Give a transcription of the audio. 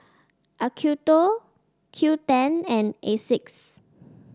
Acuto Qoo ten and Asics